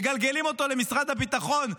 מגלגלים אותו למשרד הביטחון,